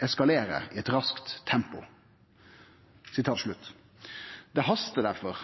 i et raskt tempo». Det hastar difor